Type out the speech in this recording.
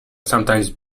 sometimes